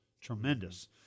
Tremendous